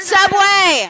Subway